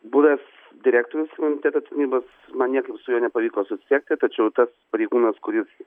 buvęs direktorius imuniteto tarnybos man niekaip su juo nepavyko susisiekti tačiau tas pareigūnas kuris